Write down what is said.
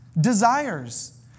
desires